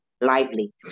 lively